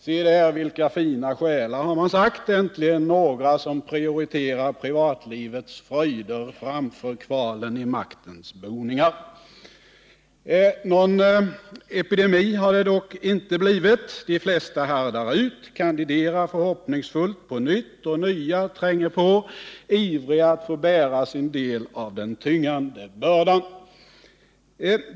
Se där vilka fina själar, har man sagt — äntligen några som prioriterar privatlivets fröjder framför kvalen i maktens boningar! Någon epidemi har det dock inte blivit. De flesta härdar ut, kandiderar förhoppningsfullt på nytt, och nya tränger på, ivriga att få bära sin del av den tyngande bördan.